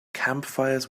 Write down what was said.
campfires